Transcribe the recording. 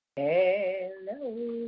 Hello